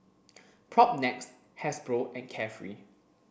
Propnex Hasbro and Carefree